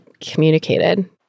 communicated